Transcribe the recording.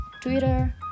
Twitter